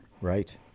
Right